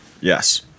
Yes